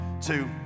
two